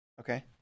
Okay